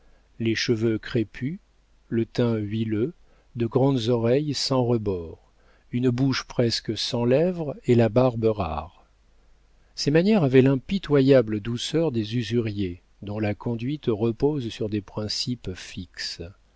les cheveux crépus le teint huileux de grandes oreilles sans rebords une bouche presque sans lèvres et la barbe rare ses manières avaient l'impitoyable douceur des usuriers dont la conduite repose sur des principes fixes